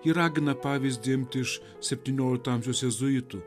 ji ragina pavyzdį imti iš septyniolikto amžiaus jėzuitų